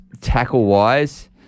tackle-wise